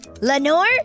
Lenore